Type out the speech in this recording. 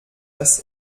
das